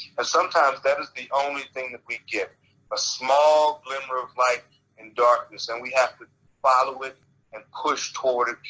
sometimes that is the only thing that we get a small glimmer of light and darkness. and we have to follow it and push toward it,